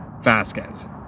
Vasquez